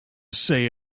say